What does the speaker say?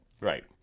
Right